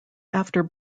after